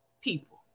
people